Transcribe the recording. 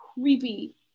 creepy